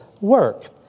work